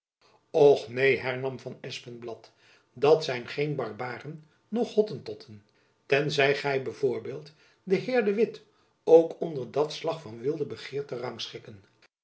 och neen hernam van espenblad dat zijn geen barbaren noch hottentotten ten zij gy b v den den heer de witt ook onder dat slach van wilden begeert